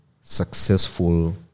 successful